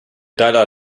dalai